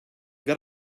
got